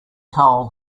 coal